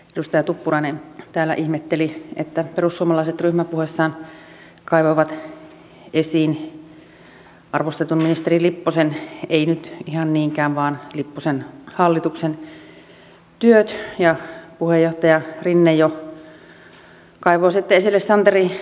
edustaja tuppurainen täällä ihmetteli että perussuomalaiset ryhmäpuheessaan kaivoivat esiin arvostetun ministeri lipposen ei nyt ihan niinkään vaan lipposen hallituksen työt ja puheenjohtaja rinne kaivoi sitten esille jo santeri alkionkin